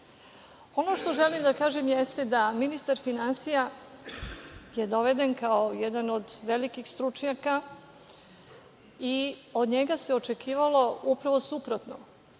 što želim da kažem jeste da ministar finansija je doveden kao jedan od velikih stručnjaka i od njega se očekivalo upravo suprotno,